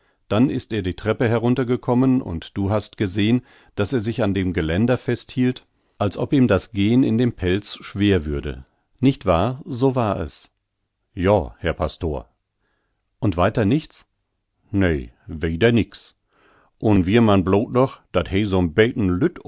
dann ist er die treppe herunter gekommen und du hast gesehn daß er sich an dem geländer festhielt als ob ihm das gehn in dem pelz schwer würde nicht wahr so war es joa herr pastor und weiter nichts nei wider nix un wihr man blot noch dat